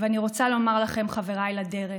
ואני רוצה לומר לכם, חבריי לדרך: